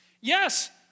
Yes